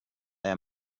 aya